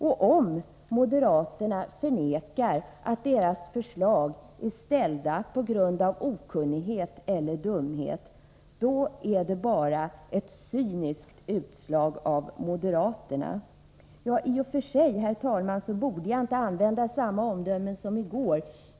Om moderaterna förnekar att förslagen har framställts på grund av okunnighet eller dumhet, då är förslagen ett utslag av cynism. I och för sig, herr talman, borde jag inte använda samma omdömen som i går.